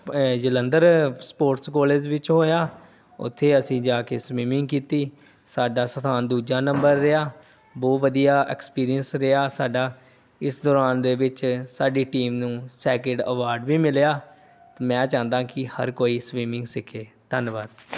Jalandhar sports college ਵਿੱਚ ਹੋਇਆ ਉੱਥੇ ਅਸੀਂ ਜਾ ਕੇ ਸਵਿਮਿੰਗ ਕੀਤੀ ਸਾਡਾ ਸਥਾਨ ਦੂਜਾ ਨੰਬਰ ਰਿਹਾ ਬਹੁਤ ਵਧੀਆ ਐਕਸਪੀਰੀਅੰਸ ਰਿਹਾ ਸਾਡਾ ਇਸ ਦੌਰਾਨ ਦੇ ਵਿੱਚ ਸਾਡੀ ਟੀਮ ਨੂੰ ਸੈਕਿੰਡ ਅਵਾਰਡ ਵੀ ਮਿਲਿਆ ਅਤੇ ਮੈਂ ਚਾਹੁੰਦਾ ਕਿ ਹਰ ਕੋਈ ਸਵਿਮਿੰਗ ਸਿੱਖੇ ਧੰਨਵਾਦ